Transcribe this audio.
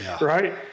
right